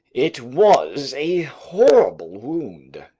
it was a horrible wound.